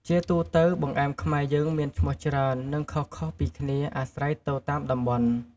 ជាទូទៅ បង្អែមខ្មែរយើងមានឈ្មោះច្រើន និងខុសៗពីគ្នាអាស្រ័យទៅតាមតំបន់។